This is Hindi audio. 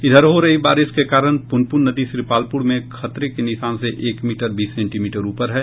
इधर हो रही बारिश के कारण पुनपुन नदी श्रीपालपुर में खतरे के निशान से एक मीटर बीस सेंटीमीटर ऊपर है